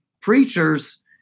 preachers